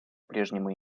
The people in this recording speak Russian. прежнему